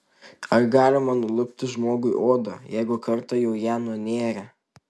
ar galima nulupti žmogui odą jeigu kartą jau ją nunėrė